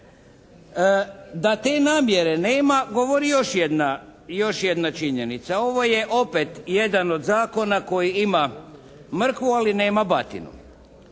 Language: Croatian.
Da te namjere nema, govori još jedna činjenica. Ovo je opet jedan od zakona koji ima mrkvu, ali nema batinu.